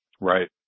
right